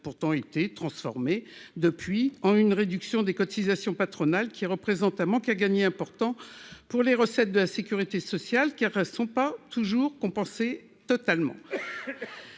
pourtant été transformée depuis en une réduction des cotisations patronales, qui représente un manque à gagner important pour les recettes de la Sécurité sociale qui sont pas toujours compenser totalement